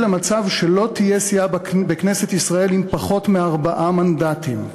למצב שלא תהיה סיעה בכנסת ישראל עם פחות מארבעה מנדטים.